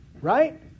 Right